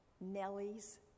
Nellie's